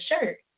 shirt